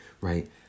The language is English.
right